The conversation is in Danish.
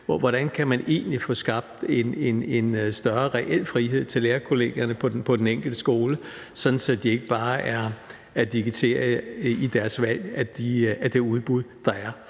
Hvordan kan man egentlig få skabt en større reel frihed til lærerkollegierne på den enkelte skole, sådan at deres valg ikke bare er dikteret af det udbud, der er,